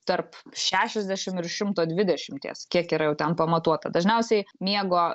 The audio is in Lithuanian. tarp šešiasdešimt ir šimto dvidešimties kiek yra jau ten pamatuota dažniausiai miego